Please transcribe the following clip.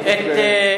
כץ.